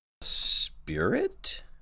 Spirit